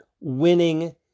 winning